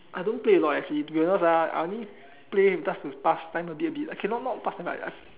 I don't play a lot actually to be honest I only play just to pass time a bit a bit only okay not just pass but